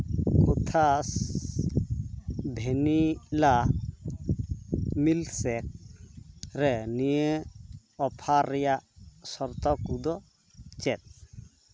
ᱠᱳᱛᱷᱟᱥ vanilla milkshake ᱨᱮ ᱱᱤᱭᱟᱹ offer ᱨᱮᱭᱟᱜ ᱥᱚᱨᱛᱚ ᱠᱚᱫᱚ ᱪᱮᱫ